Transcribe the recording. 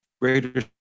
greater